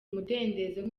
umudendezo